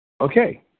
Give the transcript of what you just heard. Okay